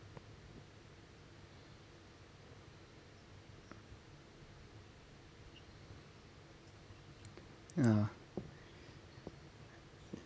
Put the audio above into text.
ya